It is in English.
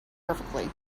perfectly